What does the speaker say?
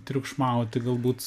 triukšmauti galbūt